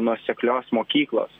nuoseklios mokyklos